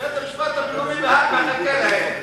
בית-המשפט הבין-לאומי בהאג מחכה להם,